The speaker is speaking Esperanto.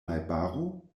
najbaro